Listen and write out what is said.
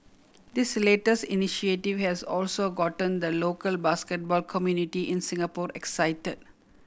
this latest initiative has also gotten the local basketball community in Singapore excited